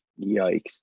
Yikes